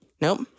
Nope